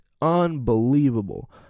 unbelievable